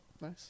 Nice